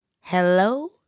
Hello